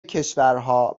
کشورها